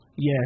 Yes